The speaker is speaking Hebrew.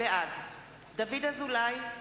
בעד דוד אזולאי,